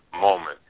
moment